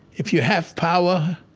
if you have power,